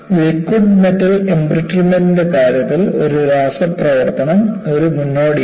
liquid metal എംബ്രിറ്റ്മെന്റ്ന്റെ കാര്യത്തിൽ ഒരു രാസ പ്രവർത്തനം ഒരു മുന്നോടിയാണ്